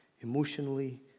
emotionally